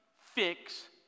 fix